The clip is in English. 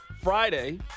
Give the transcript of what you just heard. Friday